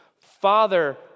Father